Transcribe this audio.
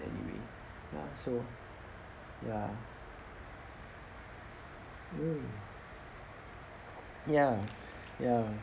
anyway ya so ya mm ya ya